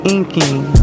Inking